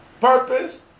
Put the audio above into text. Purpose